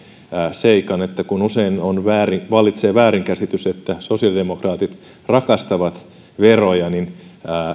seikan että kun usein vallitsee väärinkäsitys että sosiaalidemokraatit rakastavat veroja niin me